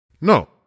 No